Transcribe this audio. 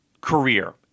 career